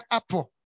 Apple